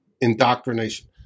indoctrination